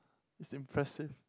it's impressive